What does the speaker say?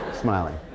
Smiling